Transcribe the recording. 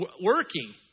working